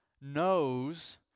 knows